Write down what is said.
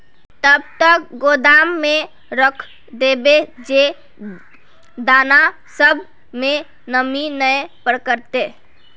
कब तक गोदाम में रख देबे जे दाना सब में नमी नय पकड़ते?